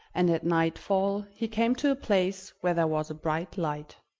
and at nightfall he came to a place where there was a bright light.